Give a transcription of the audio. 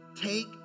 Take